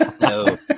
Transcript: No